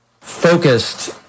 focused